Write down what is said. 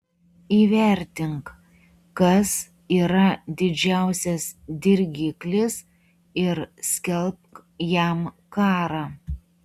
įvertink kas yra didžiausias dirgiklis ir skelbk jam karą